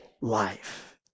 life